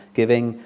giving